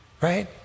right